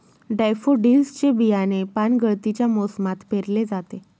daffodils चे बियाणे पानगळतीच्या मोसमात पेरले जाते